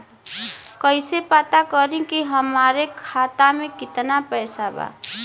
कइसे पता करि कि हमरे खाता मे कितना पैसा बा?